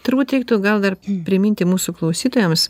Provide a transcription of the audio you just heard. turbūt reiktų gal dar priminti mūsų klausytojams